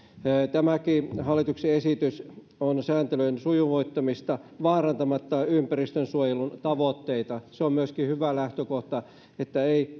tämäkin hallituksen esitys on sääntelyjen sujuvoittamista vaarantamatta ympäristönsuojelun tavoitteita se on myöskin hyvä lähtökohta että ei